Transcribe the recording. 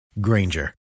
Granger